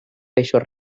peixos